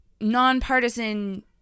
nonpartisan